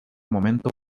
momento